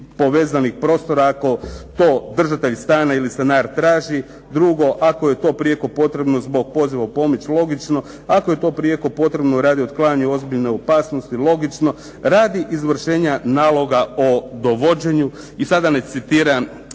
povezanih prostora ako to držatelj stana ili stanar traži. Drugo ako je to prijeko potrebno zbog poziva u pomoć". Logično. "Ako je to prijeko potrebno radi otklanjanja ozbiljne opasnosti". Logično. "Radi izvršenja naloga o dovođenju" i da sada ne citiram